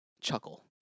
chuckle